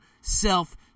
self